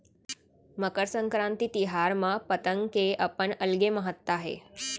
मकर संकरांति तिहार म पतंग के अपन अलगे महत्ता हे